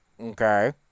Okay